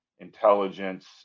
intelligence